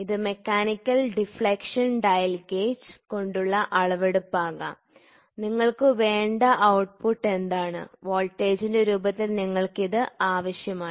ഇത് mechanical deflection dial gauge കൊണ്ടുള്ള അളവെടുപ്പ് ആകാം നിങ്ങൾക്ക് വേണ്ട ഔട്ട്പുട്ട് എന്താണ് വോൾട്ടേജിന്റെ രൂപത്തിൽ നിങ്ങൾക്കത് ആവശ്യമാണ്